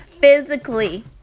physically